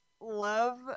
love